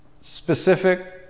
specific